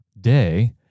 day